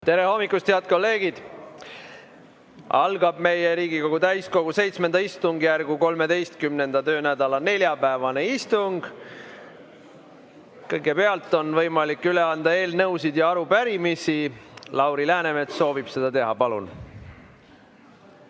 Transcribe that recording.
Tere hommikust, head kolleegid! Algab Riigikogu täiskogu VII istungjärgu 13. töönädala neljapäevane istung. Kõigepealt on võimalik üle anda eelnõusid ja arupärimisi. Lauri Läänemets soovib seda teha. Palun!